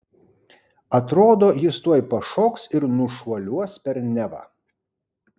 atrodo jis tuoj pašoks ir nušuoliuos per nevą